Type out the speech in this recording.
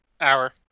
Hour